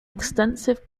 extensive